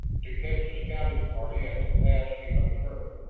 to catch the scouting party at the pass he must hurry.